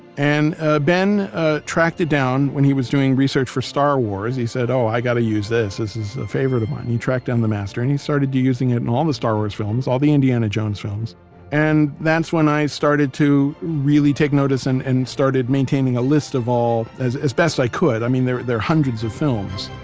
and ah ben ah tracked it down when he was doing research for star wars. he said, oh i gotta use this. this is a favorite of mine. he tracked down the master, and he started using it in all the star wars films, all the indiana jones films and that's when i started to really take notice and and started maintaining a list of all, as as best i could, i mean there are hundreds of films